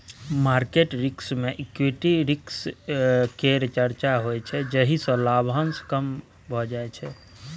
market risk मे equity risk केर चर्चा होइ छै जाहि सँ लाभांश कम भए जाइ छै